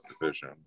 division